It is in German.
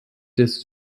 des